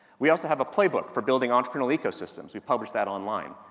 we also have a playbook for building entrepreneur ecosystems, we published that online.